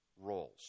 roles